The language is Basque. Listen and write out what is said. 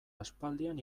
aspaldian